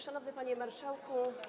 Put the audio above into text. Szanowny Panie Marszałku!